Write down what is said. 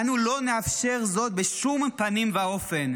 אנו לא נאפשר זאת בשום פנים ואופן.